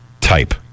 type